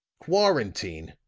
quarantine!